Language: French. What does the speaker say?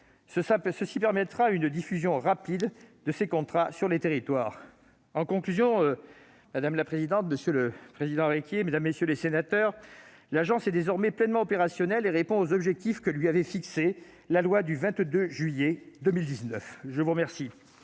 qui permettra une diffusion rapide de ces contrats sur les territoires. En conclusion, madame la présidente, monsieur Requier, mesdames, messieurs les sénateurs, l'agence est désormais pleinement opérationnelle et répond aux objectifs que lui avait fixés la loi du 22 juillet 2019. Nous allons